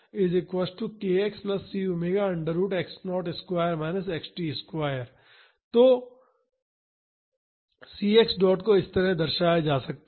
तो c x dot को इस तरह दर्शाया जा सकता है